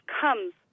comes